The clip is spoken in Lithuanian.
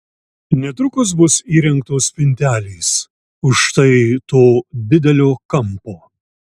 netrukus bus įrengtos spintelės už štai to didelio kampo